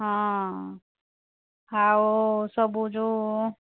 ହଁ ଆଉ ସବୁ ଯେଉଁ